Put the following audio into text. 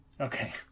Okay